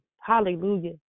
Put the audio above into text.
hallelujah